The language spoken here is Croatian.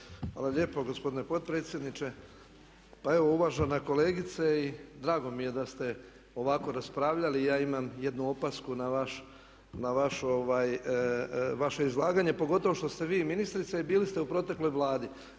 Hvala lijepo gospodine potpredsjedniče. Pa uvažena kolegice, drago mi je da ste ovako raspravljali. Ja imam jednu opasku na vaše izlaganje pogotovo što ste vi ministrica i bili ste u protekloj Vladi.